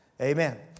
Amen